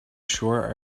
sure